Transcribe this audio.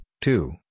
two